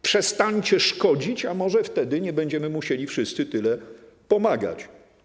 Przestańcie szkodzić, a może wtedy nie będziemy musieli wszyscy tyle pomagać.